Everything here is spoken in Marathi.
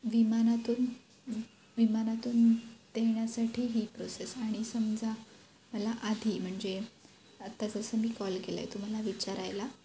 विमानातून म् विमानातून देण्यासाठी ही प्रोसेस आणि समजा मला आधी म्हणजे आत्ता जसं मी कॉल केला आहे तुम्हाला विचारायला